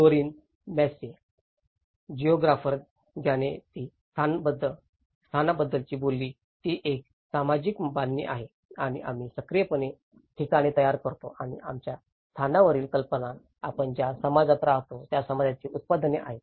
Dorian Massey geographer ज्याने ती स्थानाबद्दल बोलली ती एक सामाजिक बांधणी आहे आणि आम्ही सक्रियपणे ठिकाणे तयार करतो आणि आमच्या स्थानावरील कल्पना आपण ज्या समाजात राहतो त्या समाजाची उत्पादने आहेत